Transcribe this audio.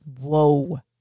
whoa